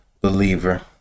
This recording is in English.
believer